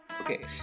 okay